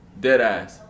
Deadass